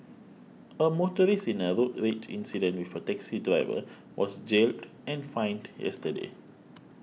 a motorist in a road rage incident with a taxi driver was jailed and fined yesterday